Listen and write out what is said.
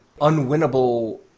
unwinnable